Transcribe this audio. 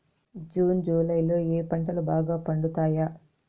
June July లో ఏ పంటలు బాగా పండుతాయా?